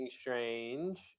Strange